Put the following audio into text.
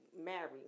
married